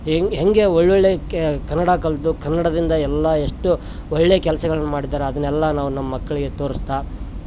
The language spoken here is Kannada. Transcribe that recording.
ಹೆಂಗೆ ಹೇಗೆ ಒಳ್ಳೊಳ್ಳೆಯ ಕನ್ನಡ ಕಲಿತು ಕನ್ನಡದಿಂದ ಎಲ್ಲ ಎಷ್ಟು ಒಳ್ಳೆಯ ಕೆಲ್ಸಗಳನ್ನು ಮಾಡಿದಾರೆ ಅದನ್ನೆಲ್ಲ ನಾವು ನಮ್ಮ ಮಕ್ಕಳಿಗೆ ತೋರಿಸ್ತಾ